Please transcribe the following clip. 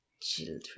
Children